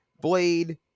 Blade